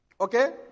Okay